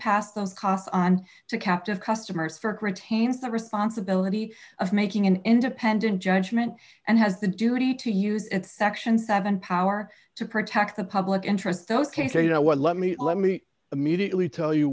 pass those costs on to captive customers for curtained the responsibility of making an independent judgment and has the duty to use its section seven power to protect the public interest ok so you know what let me let me immediately tell you